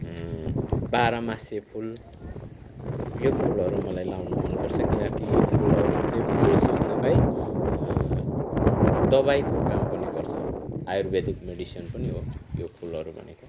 बाह्रमासे फुल यो फुलहरू मलाई लगाउनु मनपर्छ किनकि यो फुलहरू चाहिँ फुल सँगसँगै दवाईको काम पनि गर्छ आयुर्वेदिक मेडिसिन पनि हो यो फुलहरू भनेको